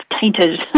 tainted